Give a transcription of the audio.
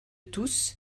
tous